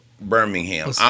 Birmingham